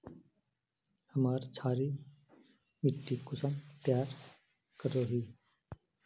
हमार क्षारी मिट्टी कुंसम तैयार करोही?